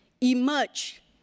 emerge